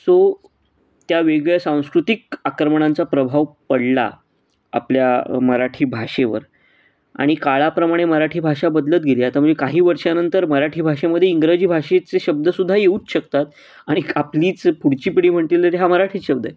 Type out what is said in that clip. so त्या वेगळ्या सांस्कृतिक आक्रमणांचा प्रभाव पडला आपल्या मराठी भाषेवर आणि काळाप्रमाणे मराठी भाषा बदलत गेली आता म्हणजे काही वर्षानंतर मराठी भाषेमध्ये इंग्रजी भाषेचे शब्द सुद्धा येऊच शकतात आणि आपलीच पुढची पिढी म्हणतील अरे हा मराठीच शब्द आहे